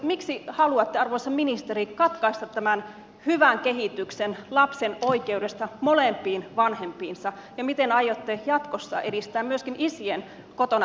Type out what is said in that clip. miksi haluatte arvoisa ministeri katkaista tämän hyvän kehityksen lapsen oikeudesta molempiin vanhempiinsa ja miten aiotte jatkossa edistää myöskin isien kotona tapahtuvaa hoitoa